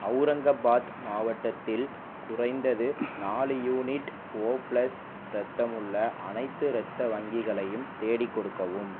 அவுரங்காபாத் மாவட்டத்தில் குறைந்தது நாலு யூனிட் ஓ ப்ளஸ் ரத்தம் உள்ள அனைத்து ரத்த வங்கிகளையும் தேடிக் கொடுக்கவும்